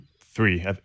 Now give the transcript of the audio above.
Three